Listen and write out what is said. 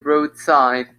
roadside